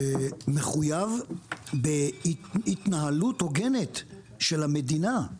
מחויב בהתנהלות הוגנת של המדינה.